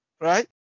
right